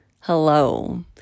Hello